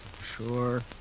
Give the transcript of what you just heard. sure